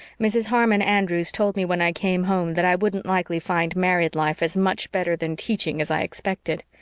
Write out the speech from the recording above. mrs. harmon andrews told me when i came home that i wouldn't likely find married life as much better than teaching as i expected.